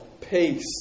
peace